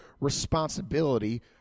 responsibility